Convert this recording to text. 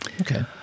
okay